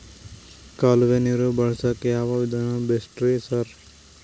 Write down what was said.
ಕಾಲುವೆ ನೀರು ಬಳಸಕ್ಕ್ ಯಾವ್ ವಿಧಾನ ಬೆಸ್ಟ್ ರಿ ಸರ್?